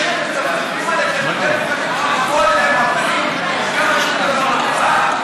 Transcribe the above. לפני שהם מצפצפים עליכם,